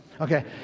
Okay